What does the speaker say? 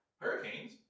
Hurricanes